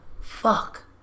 fuck